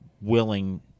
willing